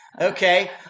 Okay